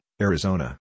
Arizona